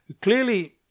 Clearly